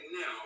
now